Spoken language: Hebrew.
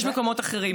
יש מקומות אחרים.